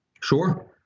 Sure